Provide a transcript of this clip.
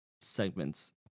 segments